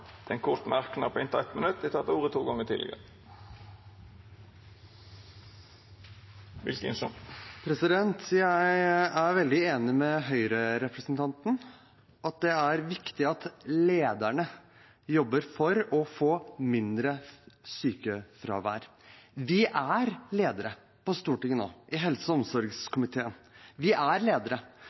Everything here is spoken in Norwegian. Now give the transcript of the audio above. til ein kort merknad, avgrensa til 1 minutt. Jeg er veldig enig med Høyre-representanten i at det er viktig at lederne jobber for å få mindre sykefravær. Vi i helse- og omsorgskomiteen på Stortinget er ledere nå, og nå får vi